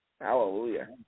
Hallelujah